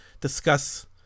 discuss